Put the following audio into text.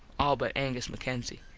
all but angus mackenzie.